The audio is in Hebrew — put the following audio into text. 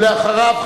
אחריו,